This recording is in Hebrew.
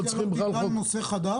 לא צריך בכלל חוק --- זה לא נחשב לנושא חדש?